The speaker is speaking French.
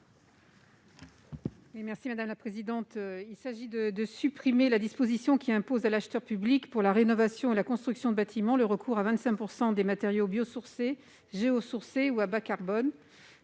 Merci madame la présidente, il s'agit de supprimer la disposition qui impose à l'acheteur public pour la rénovation et la construction de bâtiments, le recours à 25 % des matériaux biosourcés sourcées ou à bas carbone